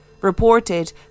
reported